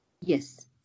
Yes